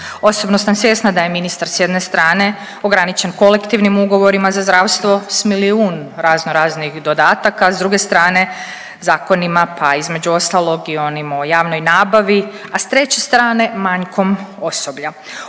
Osobno sam svjesna da je ministar s jedne strane ograničen kolektivnim ugovorima za zdravstvo sa milijun razno raznih dodataka, s druge strane zakonima pa između ostalog i onima o javnoj nabavi, a s treće strane manjkom osoblja.